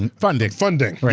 and funding. funding, yes.